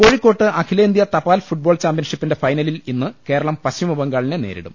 കോഴിക്കോട്ട് അഖിലേന്ത്യാ തപാൽ ഫുട്ബോൾ ചാമ്പ്യൻഷി പ്പിന്റെ ഫൈനലിൽ ഇന്ന് കേരളം പശ്ചിമബംഗാളിനെ നേരിടും